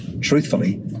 truthfully